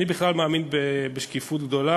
אני בכלל מאמין בשקיפות גדולה,